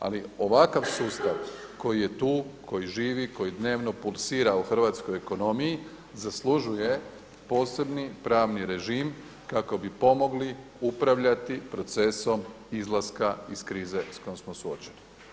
Ali ovakav sustav koji je tu, koji živi, koji dnevno pulsira u hrvatskoj ekonomiji, zaslužuje posebni pravni režim kako bi pomogli upravljati procesom izlaska iz krize s kojom smo suočeni.